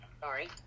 Sorry